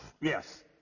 yes